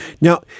Now